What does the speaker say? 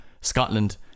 Scotland